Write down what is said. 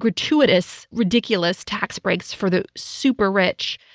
gratuitous, ridiculous tax breaks for the super rich.